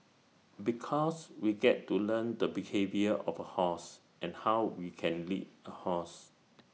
because we get to learn the behaviour of A horse and how we can lead A horse